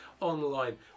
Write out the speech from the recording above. online